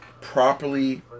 properly